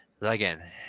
Again